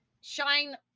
shine